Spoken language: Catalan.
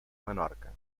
menorca